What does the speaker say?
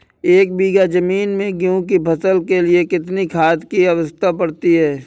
एक बीघा ज़मीन में गेहूँ की फसल के लिए कितनी खाद की आवश्यकता पड़ती है?